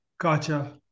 gotcha